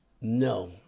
No